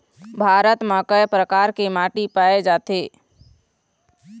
भारत म कय प्रकार के माटी पाए जाथे?